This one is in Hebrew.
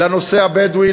לנושא הבדואי,